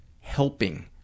helping